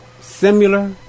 similar